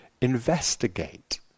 investigate